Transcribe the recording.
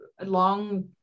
long